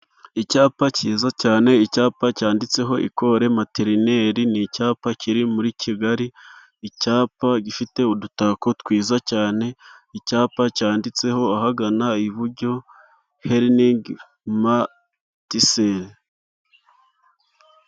Icyapa cyiza cyane, icyapa cyanditseho Ekore Materineri, ni icyapa kiri muri Kigali, icyapa gifite udutako twiza cyane, icyapa cyanditseho ahagana iburyo Heriningi Matisere.